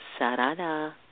Sarada